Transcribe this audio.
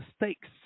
mistakes